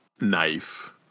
knife